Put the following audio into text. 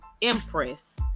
impress